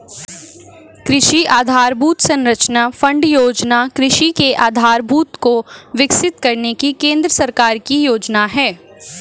कृषि आधरभूत संरचना फण्ड योजना कृषि के आधारभूत को विकसित करने की केंद्र सरकार की योजना है